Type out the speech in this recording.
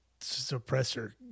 suppressor